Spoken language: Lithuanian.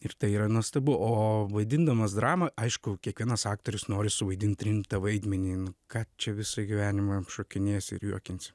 ir tai yra nuostabu o vaidindamas dramą aišku kiekvienas aktorius nori suvaidint rimtą vaidmenį kad čia visą gyvenimą šokinėsi ir juokinsi